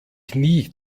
nie